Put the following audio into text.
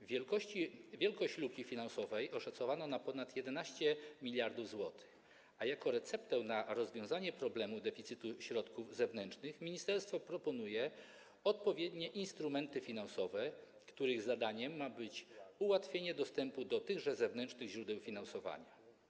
Wielkość luki finansowej oszacowano na ponad 11 mld zł, a jako receptę na rozwiązanie problemu deficytu środków zewnętrznych ministerstwo proponuje odpowiednie instrumenty finansowe, których zadaniem ma być ułatwienie dostępu do tychże zewnętrznych źródeł finansowania.